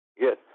Yes